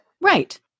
right